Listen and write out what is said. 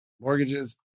Mortgages